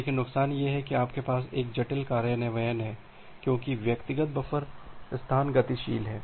लेकिन नुकसान यह है कि आपके पास एक जटिल कार्यान्वयन है क्योंकि व्यक्तिगत बफर स्थान गतिशील हैं